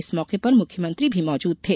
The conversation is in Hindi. इस मौके पर मुख्यमंत्री भी मौजूद थे